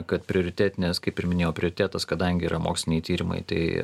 kad prioritetinės kaip ir minėjau prioritetas kadangi yra moksliniai tyrimai tai